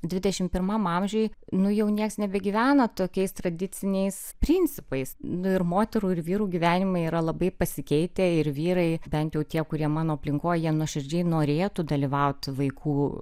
dvidešimt pirmam amžiuj nu jau niekas nebegyvena tokiais tradiciniais principais nu ir moterų ir vyrų gyvenimai yra labai pasikeitę ir vyrai bent jau tie kurie mano aplinkoj nuoširdžiai norėtų dalyvauti vaikų